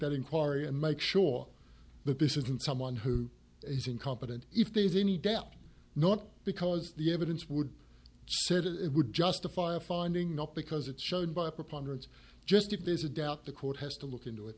that inquiry and make sure that this isn't someone who is incompetent if there's any doubt not because the evidence would said it would justify a finding not because it's shown by a preponderance just if there's a doubt the court has to look into it